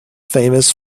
famous